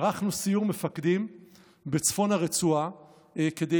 ערכנו סיור מפקדים בצפון הרצועה כדי